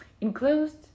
enclosed